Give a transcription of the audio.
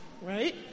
right